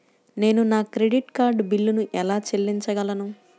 నేను నా credit card బిల్లును ఎలా చెల్లించగలను?